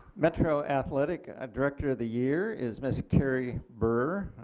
metro athletic director of the year is miss carrie burr